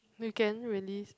weekend release